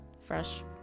fresh